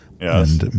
Yes